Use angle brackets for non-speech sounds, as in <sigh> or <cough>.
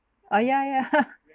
ah yeah yeah <laughs>